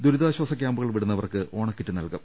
ദുരിതാശ്ചാസ ക്യാമ്പുകൾ വിടു ന്നവർക്ക് ഓണക്കിറ്റ് നൽകും